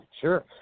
sure